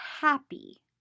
happy